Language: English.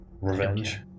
revenge